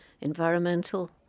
environmental